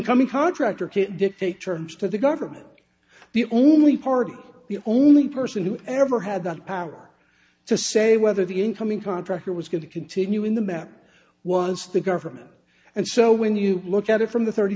coming contractor can't dictate terms to the government the only party the only person who ever had the power to say whether the incoming contractor was going to continue in the map once the government and so when you look at it from the thirty